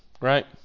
right